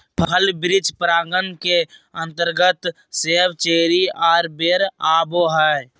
फल वृक्ष परागण के अंतर्गत सेब, चेरी आर बेर आवो हय